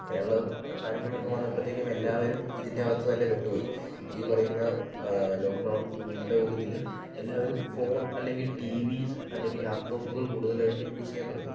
അങ്ങനെ ഒള്ള കാര്യങ്ങളൊക്കെ വന്നപ്പത്തേക്കും എല്ലാവരും ഇതിൻറ്റകത്ത് തന്നെ പെട്ടോയി ഈ പറയുന്ന ലോക്ക്ഡൗൺൻ്റെ ഒരിതില് എല്ലാവരും ഫോൺ അല്ലെങ്കി ടീവിസ് അല്ലെങ്കി ലാപ്ടോപ്പുകൾ കൂടുതലായിട്ടും യൂസെയ്യാൻ തൊടങ്ങി